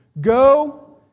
Go